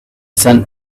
sent